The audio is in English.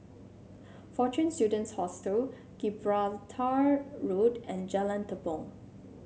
Fortune Students Hostel Gibraltar Road and Jalan Tepong